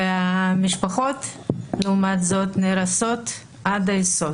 והמשפחות לעומת זאת נהרסות עד היסוד.